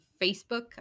Facebook